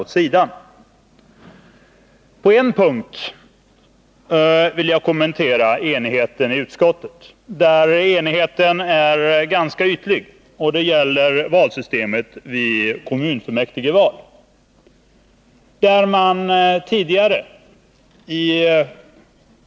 87 På en punkt vill jag kommentera enigheten i utskottet. Det gäller en punkt där enigheten är ganska ytlig, nämligen i frågan om valsystemet vid kommunfullmäktigeval.